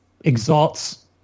exalts